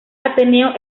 ateneo